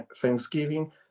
thanksgiving